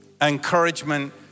encouragement